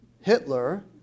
Hitler